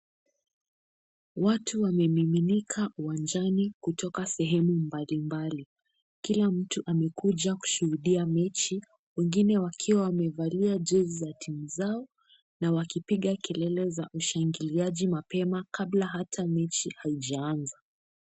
Watu wamemiminika uwanjani kutoka sehemu mbalimbali, kila mtu amekuja kushuhudia mechi wengine wakiwa wamevalia jezi za timu zao na wakipiga kelele za ushangiliaji mapema kabla ata mechi haijaanza.